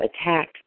attack